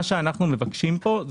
מה שאנחנו מבקשים פה,